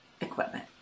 equipment